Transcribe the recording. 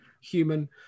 human